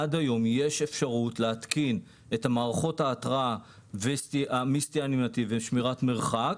עד היום יש אפשרות להתקין את מערכות ההתרעה מסטייה מנתיב ושמירת מרחק,